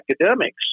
academics